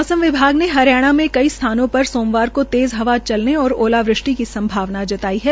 मौसम विभाग ने हरियाणा में कई स्थानों पर सोमवार को तेज़ हवा चलने और ओलावृष्टि की संभावना जताई है